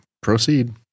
Proceed